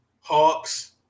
Hawks